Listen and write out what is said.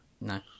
No